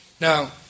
Now